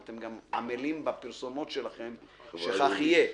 ואתם גם עמלים בפרסומות שלכם שכך יהיה,